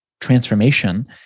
transformation